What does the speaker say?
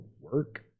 work